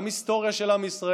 גם היסטוריה של עם ישראל,